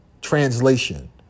Translation